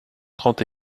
trente